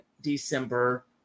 December